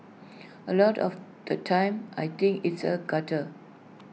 A lot of the time I think it's A gutter